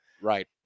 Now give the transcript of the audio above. Right